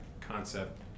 concept